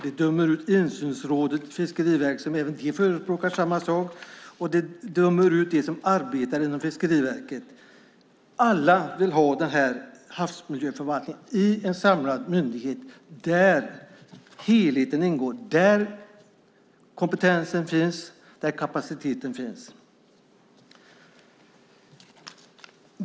De dömer ut insynsrådet och Fiskeriverket som även de förespråkar samma sak, och de dömer ut dem som arbetar inom Fiskeriverket. Alla vill ha den här havsmiljöförvaltningen i en samlad myndighet, där helheten ingår, där kompetensen finns och där kapaciteten finns.